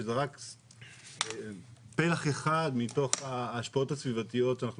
שזה רק פלח אחד מתוך ההשפעות הסביבתיות שאנחנו